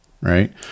Right